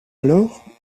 alors